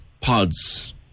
pods